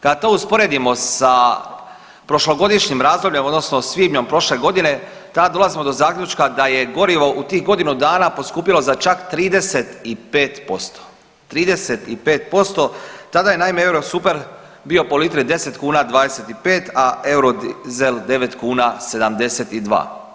Kad to usporedimo sa prošlogodišnjim razdobljem odnosno svibnjem prošle godine tada dolazimo do zaključka da je gorivo u tih godinu dana poskupjelo za čak 35%, 35% tada je naime eurosuper bio po litri 10,25, a euro dizel 9,72.